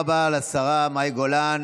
תודה רבה לשרה מאי גולן.